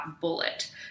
bullet